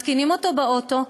מתקינים אותו באוטו,